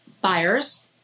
buyers